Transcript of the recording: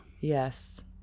Yes